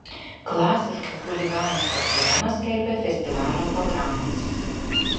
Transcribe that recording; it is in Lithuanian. klasiškai chuliganiškos sirenos skelbia festivalio programą